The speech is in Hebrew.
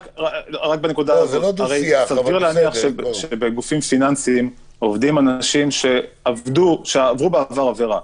סביר להניח שבגופים פיננסיים עובדים אנשים שעברו בעבר עברה.